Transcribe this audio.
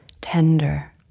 tender